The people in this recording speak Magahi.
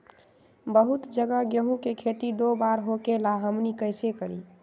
बहुत जगह गेंहू के खेती दो बार होखेला हमनी कैसे करी?